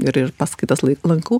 ir ir paskaitas lankau